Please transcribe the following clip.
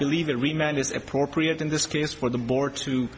believe it remain as appropriate in this case for the board to